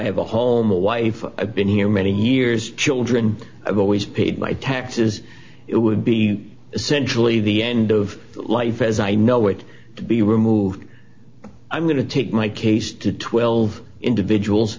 have a home a wife been here many years children i've always paid my taxes it would be essentially the end of life as i know it to be removed i'm going to take my case to twelve individuals